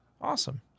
awesome